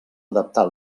adaptar